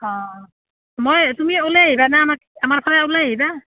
অঁ মই তুমি ওলাই আহিবা না আমাৰ ফালে ওলাই আহিবা